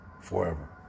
forever